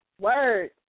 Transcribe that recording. Word